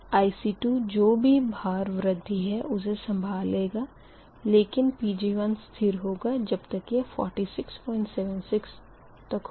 IC2 जो भी भार वृद्धि है उसे संभाल लेगा लेकिन Pg1 स्थिर होगा जब तक यह4676 तक होगा